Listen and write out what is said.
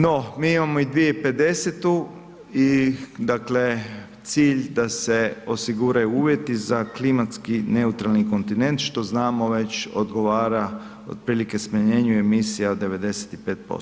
No, mi imamo i 2050. i dakle cilj da se osiguraju uvjeti za klimatski neutralni kontinent što znamo već odgovara otprilike smanjenju emisija od 95%